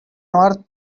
earth